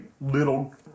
little